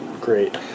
great